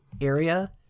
area